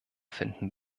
finden